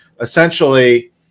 essentially